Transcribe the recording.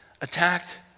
attacked